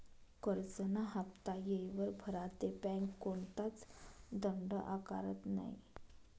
करजंना हाफ्ता येयवर भरा ते बँक कोणताच दंड आकारत नै